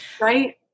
Right